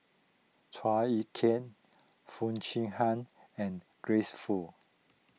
Chua Ek Kay Foo Chee Han and Grace Fu